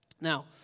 Now